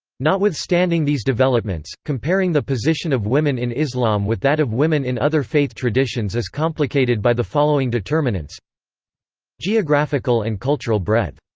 notwithstanding these developments, comparing the position of women in islam with that of women in other faith traditions is complicated by the following determinants geographical and cultural breadth.